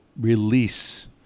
Release